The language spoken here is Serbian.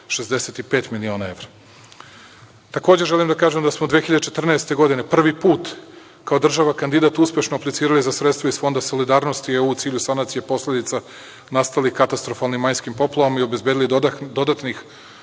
65.000.000 evra. Takođe želim da kažem da smo 2014. godine prvi put kao država kandidat uspešno aplicirali za sredstva iz Fonda solidarnosti EU u cilju sanacije posledica nastalih katastrofalnim majskim poplavama i obezbedili dodatnih